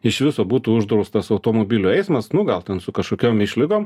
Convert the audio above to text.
iš viso būtų uždraustas automobilių eismas nu gal ten su kažkokiom išlygom